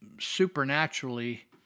supernaturally